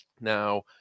Now